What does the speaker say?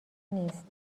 نیست